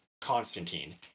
constantine